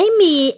Amy